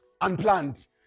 unplanned